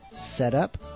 setup